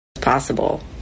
possible